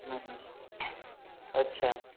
હં હં અચ્છા